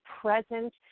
present